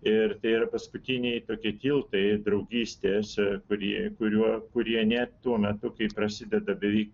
ir taip yra paskutiniai tokie tiltai draugystės kurie kuriuo kurie net tuo metu kai prasideda beveik